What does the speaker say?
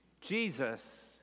Jesus